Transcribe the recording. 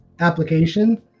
application